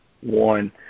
one